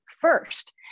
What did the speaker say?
first